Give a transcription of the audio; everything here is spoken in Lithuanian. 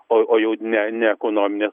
o jau ne ne ekonominis